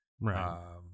Right